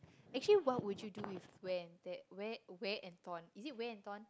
actually what would you do with wear and tear wear wear and torn is it wear and torn